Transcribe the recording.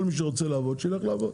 כל מי שרוצה לעבוד יילך לעבוד,